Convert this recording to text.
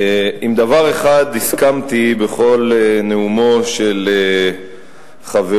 עם דבר אחד הסכמתי בכל נאומו של חברי,